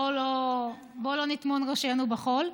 בואו לא נטמון ראשינו בחול,